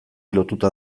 lotuta